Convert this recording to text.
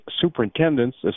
Superintendents